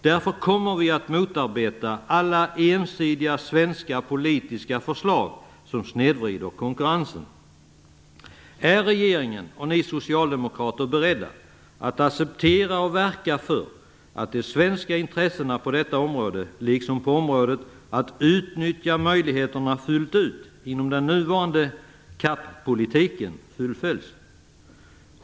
Därför kommer vi att motarbeta alla ensidiga svenska politiska förslag som snedvrider konkurrensen. Är regeringen och ni socialdemokrater beredda att acceptera och verka för att de svenska intressena på detta område, liksom på området att utnyttja möjligheterna fullt ut inom den nuvarande jordbrukspolitiken, CAP, fullföljs?